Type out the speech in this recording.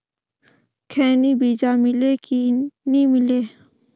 खैनी बिजा मिले कि नी मिले?